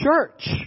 church